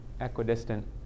equidistant